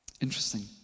Interesting